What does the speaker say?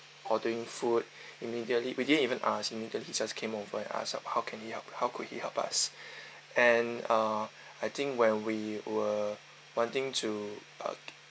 ordering food immediately we didn't even ask immediately he just came over and asked how can he help how could he help us and uh I think when we were wanting to uh